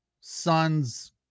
son's